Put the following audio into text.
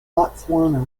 botswana